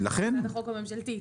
בהצעת החוק הממשלתית.